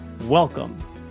Welcome